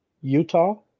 Utah